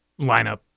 lineup